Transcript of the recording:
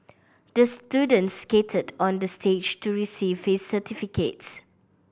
the students skated on the stage to receive his certificates